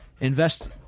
invest